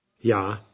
Ja